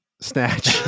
snatch